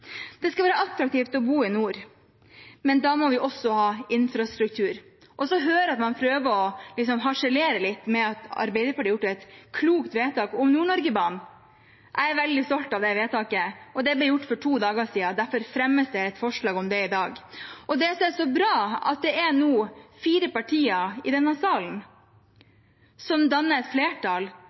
Det skal være attraktivt å bo i nord, men da må vi også ha infrastruktur. Jeg hører at man prøver liksom å harselere litt med at Arbeiderpartiet har gjort et klokt vedtak om Nord-Norgebanen. Jeg er veldig stolt av det vedtaket. Det ble gjort for to dager siden, derfor fremmes det et forslag om det i dag. Det som er så bra, er at det er nå fire partier i denne salen som danner et flertall jeg er sikker på at skal klare å få til et flertall